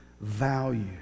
value